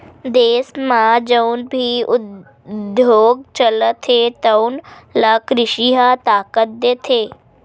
देस म जउन भी उद्योग चलत हे तउन ल कृषि ह ताकत देथे